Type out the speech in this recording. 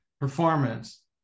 performance